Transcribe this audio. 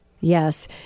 Yes